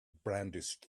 brandished